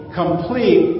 complete